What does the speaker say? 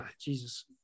Jesus